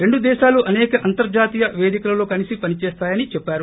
రెండు దేశాలు అసేక అంతర్ణాతీయ పేదికలలో కలిసి పని చేస్తాయని చెప్పారు